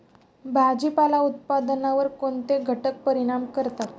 भाजीपाला उत्पादनावर कोणते घटक परिणाम करतात?